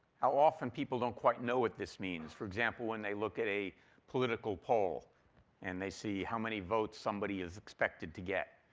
how often people don't quite know what this means. for example, when they look at a political pole and they see how many votes somebody is expected to get.